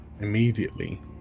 immediately